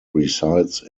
resides